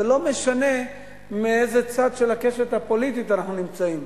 ולא משנה באיזה צד של הקשת הפוליטית אנחנו נמצאים.